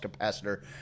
capacitor